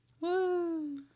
Woo